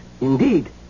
Indeed